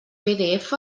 pdf